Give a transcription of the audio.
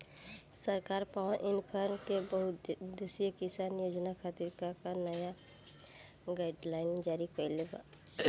सरकार पॉवरइन्फ्रा के बहुउद्देश्यीय किसान योजना खातिर का का नया गाइडलाइन जारी कइले बा?